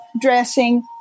dressing